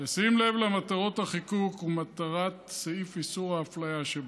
בשים לב למטרות החיקוק ומטרת סעיף איסור ההפליה שבו".